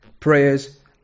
prayers